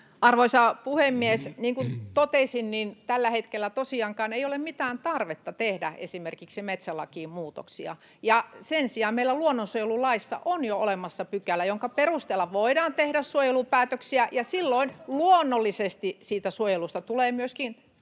Arvoisa puhemies! Niin kuin totesin, tällä hetkellä tosiaankaan ei ole mitään tarvetta tehdä esimerkiksi metsälakiin muutoksia. Sen sijaan meillä luonnonsuojelulaissa on jo olemassa pykälä, jonka perusteella voidaan tehdä suojelupäätöksiä, ja silloin luonnollisesti siitä suojelusta tulee myöskin